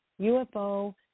UFO